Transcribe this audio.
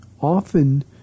often